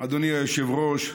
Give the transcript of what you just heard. אדוני היושב-ראש,